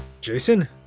Jason